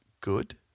good